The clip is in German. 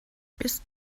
bist